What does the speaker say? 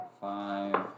Five